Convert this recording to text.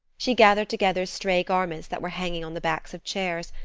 she gathered together stray garments that were hanging on the backs of chairs,